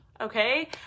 Okay